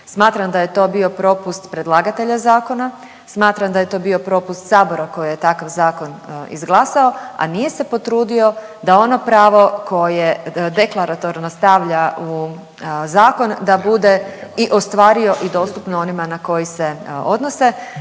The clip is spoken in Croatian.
Smatram da je to bio propust predlagatelja zakona, smatram da je to bio propust Sabora koji je takav zakon izglasao, a nije se potrudio da ono pravo koje deklaratorno stavlja u zakon da bude i ostvario i dostupno onima na koji se odnose.